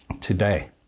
today